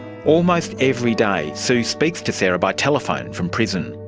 almost every day sue speaks to sarah by telephone from prison.